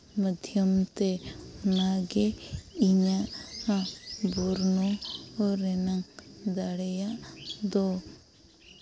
ᱢᱟᱫᱽᱫᱷᱚᱭᱢᱛᱮ ᱚᱱᱟᱜᱮ ᱤᱧᱟᱹᱜ ᱱᱚᱣᱟ ᱵᱚᱨᱱᱚᱱ ᱨᱮᱱᱟᱜ ᱫᱟᱲᱮᱭᱟᱜ ᱫᱚ